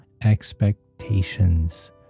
expectations